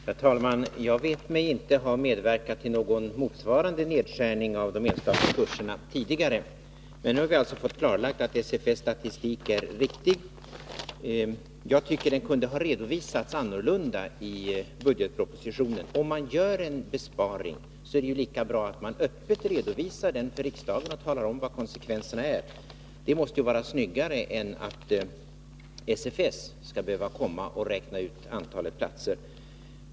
Herr talman! Jag vet mig inte ha medverkat till någon motsvarande nedskärning av de enstaka kurserna tidigare. Nu har vi emellertid fått klarlagt att SFS statistik är riktig. Jag tycker att den kunde ha redovisats på ett annat sätt i budgetpropositionen. Om man gör en besparing, är det lika bra att öppet redovisa den för riksdagen och att ange vilka konsekvenserna blir. Ett sådant agerande måste ju vara ”snyggare” än att SFS skall behöva räkna ut antalet platser.